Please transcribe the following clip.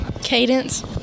Cadence